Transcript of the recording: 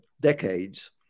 decades